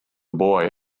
boy